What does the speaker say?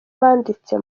banditse